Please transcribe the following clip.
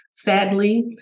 Sadly